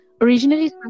originally